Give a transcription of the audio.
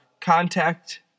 contact